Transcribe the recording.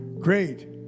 Great